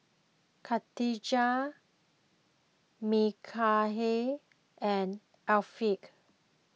Katijah Mikhail and Afiq